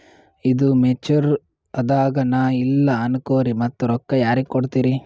ಈದು ಮೆಚುರ್ ಅದಾಗ ನಾ ಇಲ್ಲ ಅನಕೊರಿ ಮತ್ತ ರೊಕ್ಕ ಯಾರಿಗ ಕೊಡತಿರಿ?